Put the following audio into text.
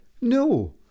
No